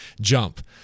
jump